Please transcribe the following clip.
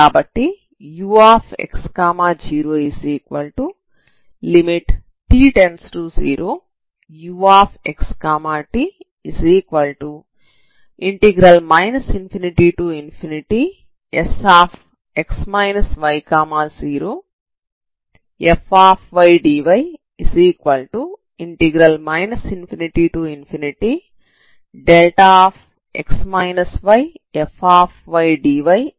కాబట్టి ux0t→0 uxt ∞Sx y0fdy ∞δfdyf అవుతుంది